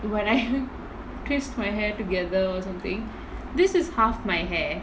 when I twist my hair together or something this is half my hair